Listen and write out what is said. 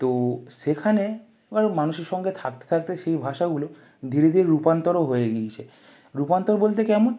তো সেখানে এবার মানুষের সঙ্গে থাকতে থাকতে সেই ভাষাগুলো ধীরে ধীরে রূপান্তরও হয়ে গিয়েছে রূপান্তর বলতে কেমন